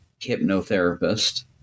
hypnotherapist